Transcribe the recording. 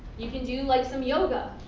you can do like some yoga.